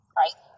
right